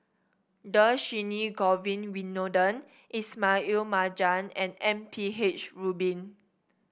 Dhershini Govin Winodan Ismail Marjan and M P H Rubin